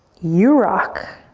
you rock.